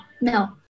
No